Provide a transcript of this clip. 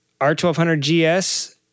R1200GS